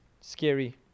scary